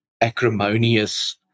acrimonious